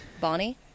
Bonnie